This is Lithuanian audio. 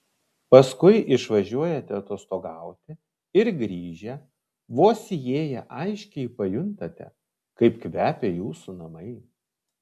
paskui išvažiuojate atostogauti ir grįžę vos įėję aiškiai pajuntate kaip kvepia jūsų namai